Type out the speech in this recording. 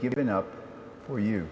given up for you